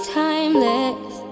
timeless